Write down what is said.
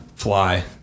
fly